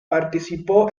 participó